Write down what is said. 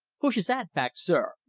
push his hat back, sir,